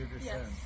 Yes